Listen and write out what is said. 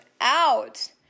out